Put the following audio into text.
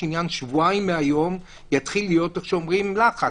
שבועיים מהיום יתחיל להיות, איך שאומרים, לחץ.